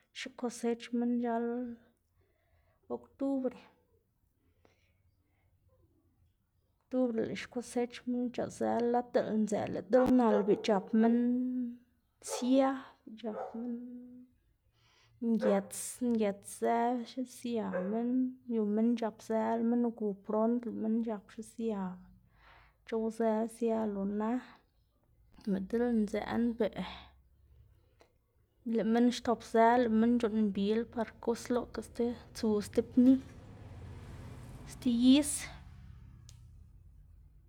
Xikosech minn chal octubre octubre lëꞌ skosech minn xc̲h̲aꞌzëla lad diꞌt ndzëꞌ lëꞌ diꞌl nal beꞌ c̲h̲ap minn sia, beꞌ c̲h̲ap minn ngëts ngëtszë xisia minn, yu minn c̲h̲apzëla minn ugu prond, minn c̲h̲ap xisia c̲h̲owzë sia lo na, lëꞌ diꞌl ndzëꞌna beꞌ, lëꞌ minn xtopzëla lëꞌ minn c̲h̲uꞌnnbila par gusloꞌka sti tsu sti pni, sti is.